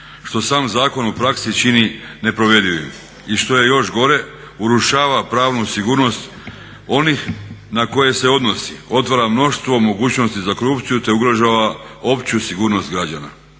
što sam zakon u praksi čini neprovedivim. I što je još gore urušava pravnu sigurnost onih na koje se odnosi, otvara mnoštvo mogućnosti za korupciju te ugrožava opću sigurnost građana.